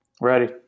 Ready